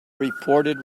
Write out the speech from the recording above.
reported